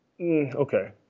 Okay